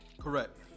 Correct